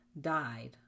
died